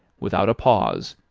without a pause,